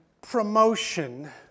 promotion